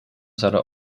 zouden